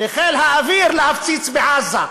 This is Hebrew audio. לחיל האוויר להפציץ בעזה.